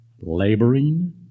laboring